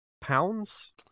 pounds